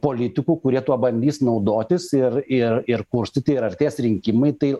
politikų kurie tuo bandys naudotis ir ir ir kurstyti ir artės rinkimai tai